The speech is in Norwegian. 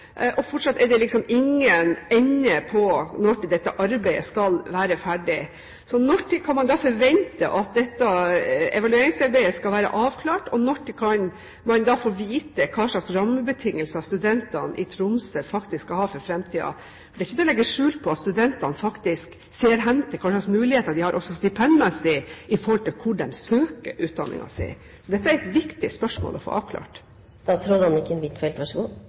være avklart? Når kan man få vite hva slags rammebetingelser studentene i Tromsø skal ha for fremtiden? Det er ikke til å legge skjul på at studentene ser hen til hvilke muligheter de har, også stipendmessig, i forhold til hvor de søker utdanningen sin. Så dette er et viktig spørsmål å få avklart. Ja, jeg er enig med representanten i at dette er et viktig spørsmål å få avklart. Jeg ønsker å gjøre dette så